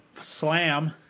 Slam